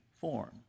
form